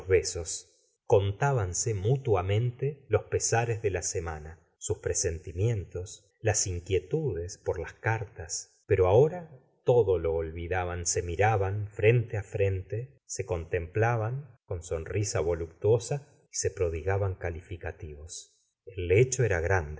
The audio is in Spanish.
besos contábanse mutuamente los pesares de la semana sus presentimientos las inquietudes por las cartas pero ahora todo lo olvidaban se miraban frente á frente se contemplaban con sonrisa voluptuosa y se prodigaban calificativos el lecho era grande